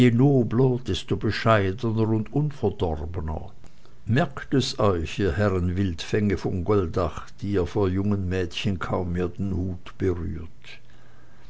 desto bescheidener und unverdorbener merkt es euch ihr herren wildfänge von goldach die ihr vor jungen mädchen kaum mehr den hut berührt